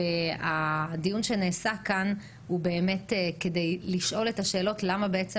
הדיון שנעשה כאן הוא באמת כדי לשאול את השאלות - למה בעצם